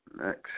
Next